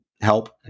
help